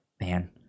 man